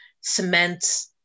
cement